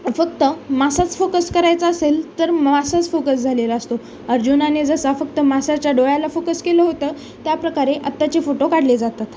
फक्त मासाच फोकस करायचा असेल तर मासाच फोकस झालेला असतो अर्जुनाने जसा फक्त मासाच्या डोळ्याला फोकस केलं होतं त्या प्रकारे आताचे फोटो काढले जातात